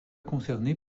concernées